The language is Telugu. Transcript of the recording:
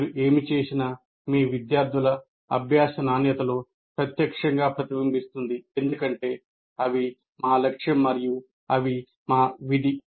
మీరు ఏమి చేసినా మీ విద్యార్థుల అభ్యాస నాణ్యతలో ప్రత్యక్షంగా ప్రతిబింబిస్తుంది ఎందుకంటే అవి మా లక్ష్యం మరియు అవి మా విధి